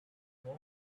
boy